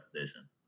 position